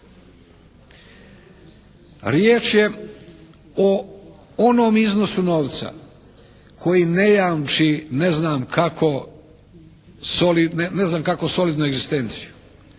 Riječ je o onom iznosu novca koji ne jamči ne znam kako solidnu egzistenciju